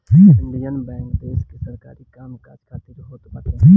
Indian Bank देस के सरकारी काम काज खातिर होत बाटे